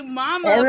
mama